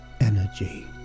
energy